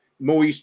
More